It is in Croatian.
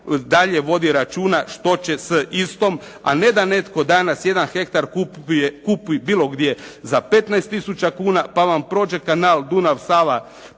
dalje vodi računa što će s istom, a ne da netko danas jedan hektar kupi bilo gdje za 15 tisuća kuna, pa vam prođe kanal Dunav-Sava,